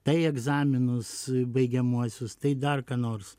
tai egzaminus baigiamuosius tai dar ką nors